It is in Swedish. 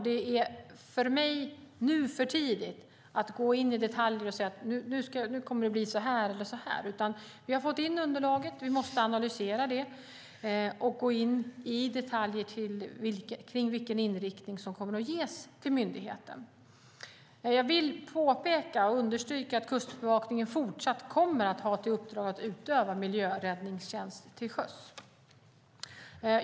Det är nu för tidigt för mig att gå in i detaljer och säga: Nu kommer det att bli så här eller så här. Vi har fått in underlaget. Vi måste analysera det och gå in i detaljer kring vilken inriktning som kommer att ges till myndigheten. Jag vill påpeka och understryka att Kustbevakningen fortsatt kommer att ha i uppdrag att utöva miljöräddningstjänst till sjöss.